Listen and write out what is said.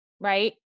right